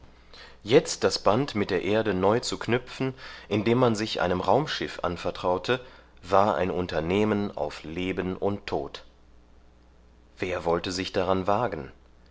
jetzt das band mit der erde neu zu knüpfen indem man sich einem raumschiff anvertraute war ein unternehmen auf leben und tod wer wollte sich daran wagen